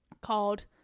called